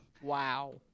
wow